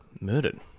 murdered